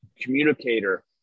communicator